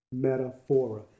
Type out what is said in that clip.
Metaphora